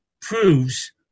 proves